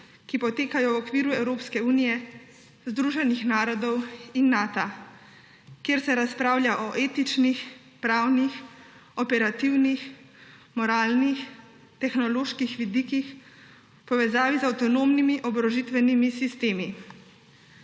ki potekajo v okviru Evropske unije, Združenih narodov in Nata, kjer se razpravlja o etičnih, pravnih, operativnih, moralnih, tehnoloških vidikih v povezavi z avtonomnimi oborožitvenimi sistemi.